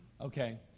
Okay